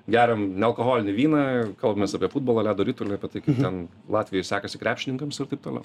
geriam nealkoholinį vyną kalbamės apie futbolą ledo ritulį apie tai kaip ten latvijoj sekasi krepšininkams ir taip toliau